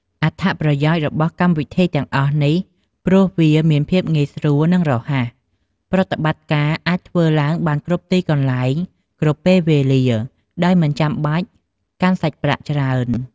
អត្ថប្រយោជន៍របស់វកម្មវិធីទាំងអស់នេះ ព្រោះវាមានភាពងាយស្រួល និងរហ័ស ប្រតិបត្តិការអាចធ្វើឡើងបានគ្រប់ទីកន្លែង គ្រប់ពេលវេលា ដោយមិនចាំបាច់កាន់សាច់ប្រាក់ច្រើន។